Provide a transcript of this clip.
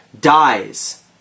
dies